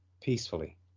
peacefully